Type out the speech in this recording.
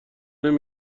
زنونه